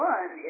One